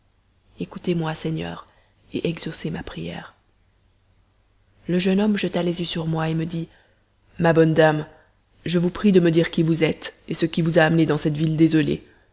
écoutez-moi seigneur et exaucez ma prière le jeune homme jeta les yeux sur moi et me dit ma bonne dame je vous prie de me dire qui vous êtes et ce qui vous a amenée dans cette ville désolée